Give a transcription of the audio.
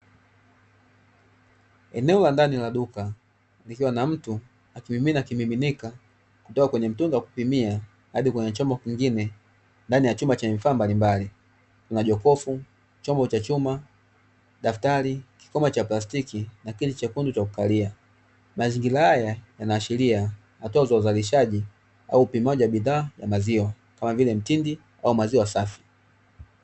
Eneo la ndani kuna mtu akimimina kimiminika kutoka kwenye mtunga kupimia hadi kwenye chombo kingine ndani ya chumba chenye vifaa mbalimbali tuna jokofu chombo cha chuma daftari kama cha plastiki lakini sokoni vya kuvalia mazingira haya yanaashiria hatua za uzalishaji au upimaji wa bidhaa ya maziwa kama vile mtindi au maziwa safi.